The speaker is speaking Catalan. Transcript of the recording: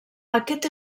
aquest